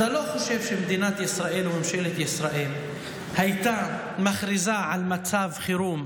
אתה לא חושב שמדינת ישראל או ממשלת ישראל הייתה מכריזה על מצב חירום,